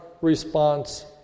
response